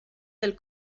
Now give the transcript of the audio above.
del